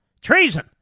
treason